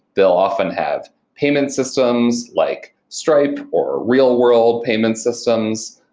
they'll often have payment systems like stripe, or real world payment systems,